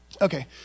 Okay